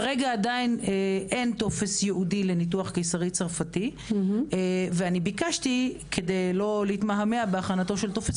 כרגע אין טופס ייעודי לניתוח קיסרי צרפתי וכדי לא להתמהמה בהכנת טופס